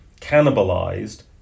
cannibalized